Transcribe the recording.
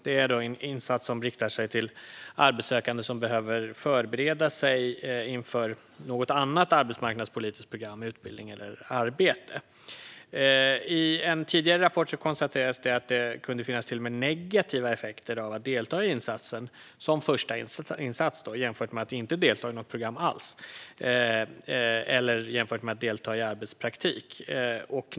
Det är en insats som riktar sig till arbetssökande som behöver förbereda sig inför något annat arbetsmarknadspolitiskt program, utbildning eller arbete. I en tidigare rapport konstaterades det att det kunde finnas negativa effekter av att delta i insatsen som första insats jämfört med att inte delta i något program alls eller jämfört med att delta i arbetspraktik.